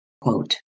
quote